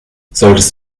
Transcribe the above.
solltest